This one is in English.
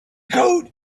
code